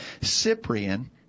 Cyprian